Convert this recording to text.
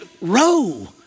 row